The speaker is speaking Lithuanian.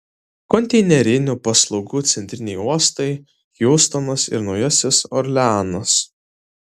konteinerinių paslaugų centriniai uostai hjustonas ir naujasis orleanas